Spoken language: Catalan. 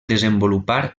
desenvolupar